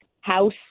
House